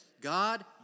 God